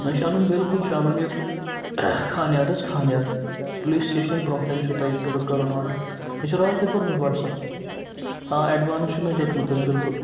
مےٚ چھُ اَنُن بالکُل چھُ اَنُن یہِ خانیار حظ خانیار پُلیٖس سِٹیشنَس برٛونٛہہ کَنہِ چھُو تۄہہِ کَرُن آرڈَر مےٚ چھُ راتھٕے کوٚرمُت وَٹسَپ آ اٮ۪ڈوانٕس چھُ مےٚ دیُتمُت حظ بالکُل